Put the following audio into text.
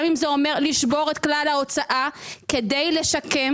גם אם זה אומר לשבור את כלל ההוצאה כדי לשקם